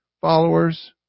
followers